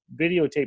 videotape